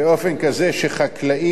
שחקלאים לא ייפגעו.